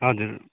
हजुर